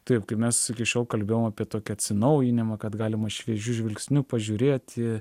taip kaip mes iki šiol kalbėjom apie tokį atsinaujinimą kad galima šviežiu žvilgsniu pažiūrėti